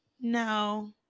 no